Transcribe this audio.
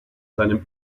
seinem